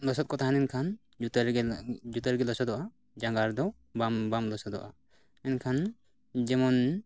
ᱞᱚᱥᱚᱫ ᱠᱚ ᱛᱟᱦᱮᱸ ᱞᱮᱱᱠᱷᱟᱱ ᱡᱩᱛᱟᱹ ᱨᱮᱜᱮ ᱡᱩᱛᱟᱹ ᱨᱮᱜᱮ ᱞᱚᱥᱚᱫᱚᱜᱼᱟ ᱡᱟᱸᱜᱟ ᱨᱮᱫᱚ ᱵᱟᱢ ᱵᱟᱢ ᱞᱚᱥᱚᱫᱚᱜᱼᱟ ᱮᱱᱠᱷᱟᱱ ᱡᱮᱢᱚᱱ